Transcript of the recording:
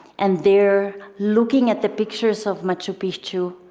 and there, looking at the pictures of machu picchu,